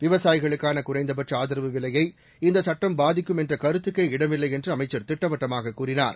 விவசாயிகளுக்கான குறைந்த பட்ச ஆதரவு விலையை இந்த சுட்டம் பாதிக்கும் என்ற கருத்துக்கே இடமில்லை என்று அமைச்சர் திட்டவட்டமாக கூறினார்